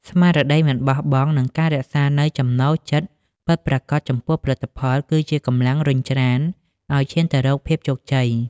ស្មារតីមិនបោះបង់ និងការរក្សានូវចំណូលចិត្តពិតប្រាកដចំពោះផលិតផល គឺជាកម្លាំងរុញច្រានឱ្យឈានទៅរកភាពជោគជ័យ។